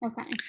okay